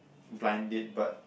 blind date but